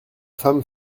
femme